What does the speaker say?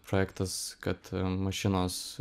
projektas kad mašinos